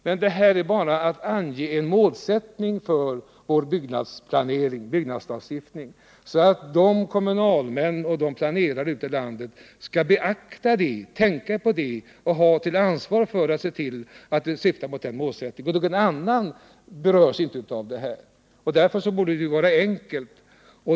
Men här gäller det bara att ange ett mål för vår byggnadslagstiftning, så att kommunalmännen och planerarna ute i landet tänker på detta. Några andra berörs inte av det här. Därför borde saken vara enkel.